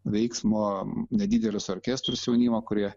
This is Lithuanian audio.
veiksmo nedidelius orkestrus jaunimo kurie